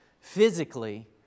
physically